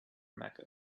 mecca